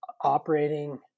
operating